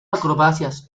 acrobacias